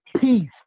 peace